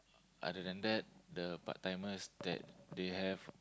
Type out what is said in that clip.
other than that the part timers that they have